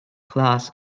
class